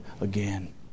again